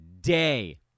day